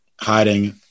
hiding